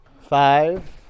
five